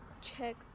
check